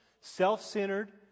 self-centered